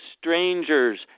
strangers